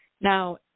Now